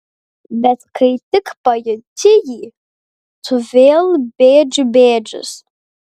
bet kai tik pajunti jį tu vėl bėdžių bėdžius